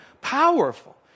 Powerful